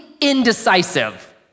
indecisive